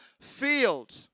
field